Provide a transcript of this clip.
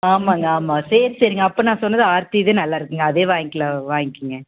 ஆமாம்ங்க ஆமாம் சரி சரிங்க அப்போ நான் சொன்னது ஆர்த்தி இதே நல்லாருக்கும்ங்க அதே வாங்கிக்கலாம் வாங்கிக்கிங்க